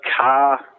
car